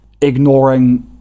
ignoring